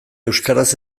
euskaraz